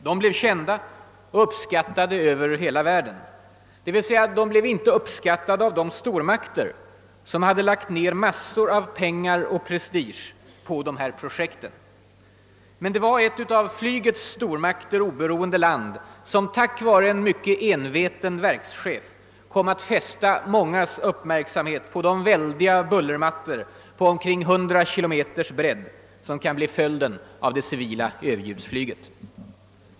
De blev kända och uppskattade över hela världen, dock inte av de stormakter som hade lagt ner massor av pengar och prestige i de här projekten. Men det var ett av flygets stormakter oberoende land som tack vare en ytterst enveten verkschef kom att fästa mångas uppmärksamhet på de väldiga bullermattor på omkring 100 kilometers bredd som kan bli följden av det civila överljudsflyget.